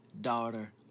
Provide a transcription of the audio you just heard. daughter